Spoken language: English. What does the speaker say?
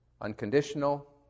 unconditional